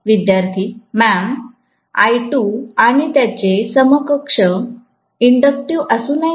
विद्यार्थी ma'am I2 आणि त्याचे समकक्ष इंडक्टिव असू नये